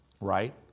Right